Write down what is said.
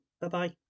Bye-bye